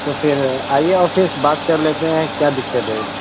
تو پھر آئیے اور فیس بات کر لیتے ہیں کیا دقت ہے